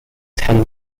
tend